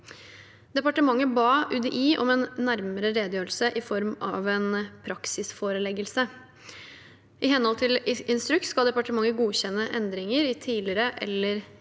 Departementet ba UDI om en nærmere redegjørelse i form av en praksisforeleggelse. I henhold til instruks skal departementet godkjenne endringer i tidligere eller gjeldende